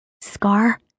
Scar